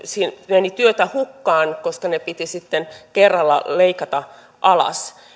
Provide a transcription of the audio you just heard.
meni työtä hukkaan koska ne piti sitten kerralla leikata alas